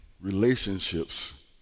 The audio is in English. relationships